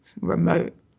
remote